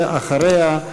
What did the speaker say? ואחריה,